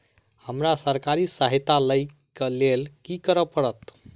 हमरा सरकारी सहायता लई केँ लेल की करऽ पड़त?